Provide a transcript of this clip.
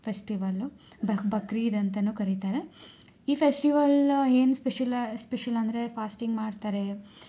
festival ಬಕ್ ಬಕ್ರೀದ್ ಅಂತಾನು ಕರಿತಾರೆ ಈ ಫೆಸ್ಟಿವಲ್ಲ ಏನು ಸ್ಪೆಷಲ ಸ್ಪೆಷಲಂದರೆ ಫಾಸ್ಟಿಂಗ್ ಮಾಡ್ತಾರೆ